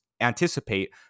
anticipate